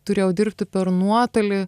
turėjau dirbti per nuotolį